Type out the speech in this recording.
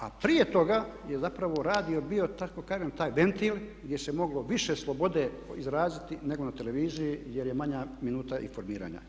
A prije toga je zapravo radio bio da tako kažem taj ventil gdje se moglo više slobode izraziti nego na televiziji jer je manja minuta informiranja.